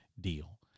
deal